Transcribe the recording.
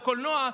או קולנוע,